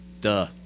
duh